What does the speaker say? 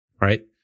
right